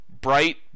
bright